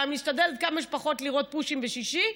משתדלת כמה שפחות לראות פושים בשישי.